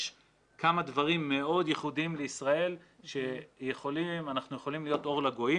יש כמה דברים מאוד ייחודיים לישראל שאנחנו יכולים להיות אור לגויים,